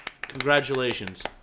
congratulations